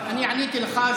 עניתי לך,